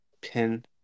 pin